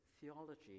theology